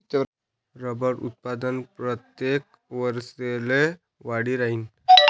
रबरनं उत्पादन परतेक वरिसले वाढी राहीनं